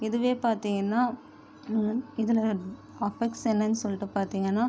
இதுவே பார்த்திங்கன்னா இதில் அஃபக்ட்ஸ் என்ன சொல்லிட்டு பார்த்திங்கன்னா